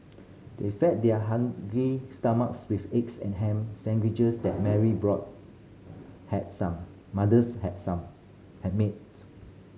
they fed their hungry stomachs with eggs and ham sandwiches that Mary brother had some mother's had some had made